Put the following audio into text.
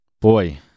Boy